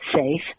safe